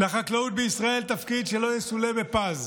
לחקלאות בישראל יש תפקיד שלא יסולא בפז,